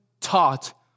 taught